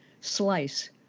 slice